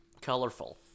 Colorful